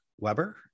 Weber